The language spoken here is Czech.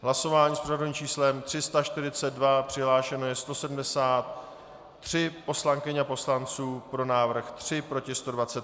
Hlasování s pořadovým číslem 342, přihlášeno 173 poslankyň a poslanců, pro návrh 3, proti 120.